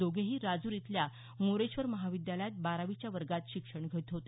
दोघेही राजूर इथल्या मोरेश्वर महाविद्यालयात बारावीच्या वर्गात शिक्षण घेत होते